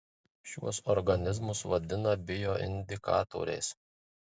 šiuos organizmus vadina bioindikatoriais